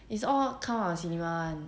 it's all come out of cinema [one]